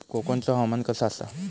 कोकनचो हवामान कसा आसा?